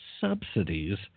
subsidies